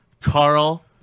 Carl